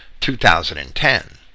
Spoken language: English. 2010